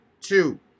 two